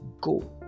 go